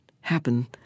happen